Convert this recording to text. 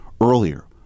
earlier